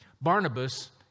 Barnabas